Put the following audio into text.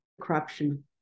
corruption